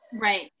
Right